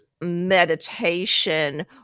meditation